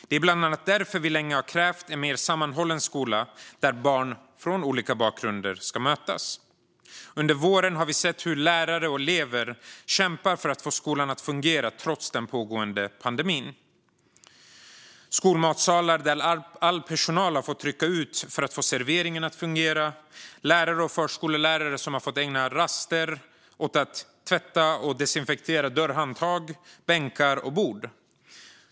Det är bland annat därför vi länge har krävt en mer sammanhållen skola där barn från olika bakgrunder möts. Under våren har vi sett lärare och elever kämpa för att få skolan att fungera trots den pågående pandemin. I skolmatsalar har all personal fått rycka ut för att få serveringen att fungera. Lärare och förskollärare har fått ägna raster åt att tvätta och desinficera dörrhandtag, bänkar och bord.